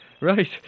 Right